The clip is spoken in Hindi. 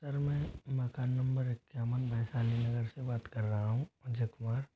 सर मैं मकान नम्बर इक्यावन वैशाली नगर से बात कर रहा हूँ अजय कुमार